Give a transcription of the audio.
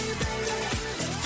baby